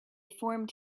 formed